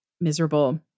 miserable